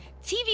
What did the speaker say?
TV